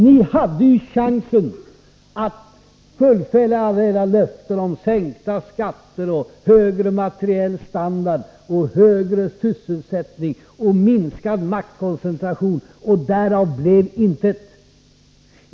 Ni hade chansen att fullfölja alla era löften om sänkta skatter, högre materiell standard, högre sysselsättning och minskad maktkoncentration. Men därav blev intet.